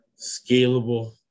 scalable